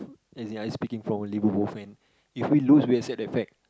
as in I speaking from a Liverpool fan if we lose we accept that fact